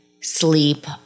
sleep